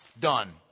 done